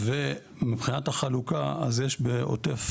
ומבחינת החלוקה, אז יש בעוטף